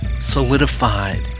solidified